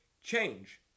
change